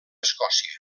escòcia